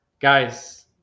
Guys